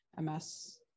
MS